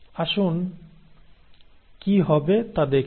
আসুন কি হবে তা দেখে নেই